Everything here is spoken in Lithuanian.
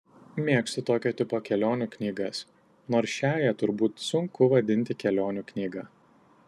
mėgstu tokio tipo kelionių knygas nors šiąją turbūt sunku vadinti kelionių knyga